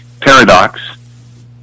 Paradox